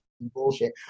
bullshit